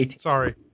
Sorry